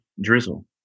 Drizzle